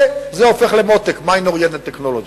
וזה הופך ל-Mo-Tech, Mind Oriented Technology.